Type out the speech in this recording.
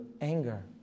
anger